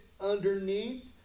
underneath